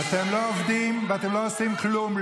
אתם לא עובדים ואתם לא עושים כלום,